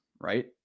Right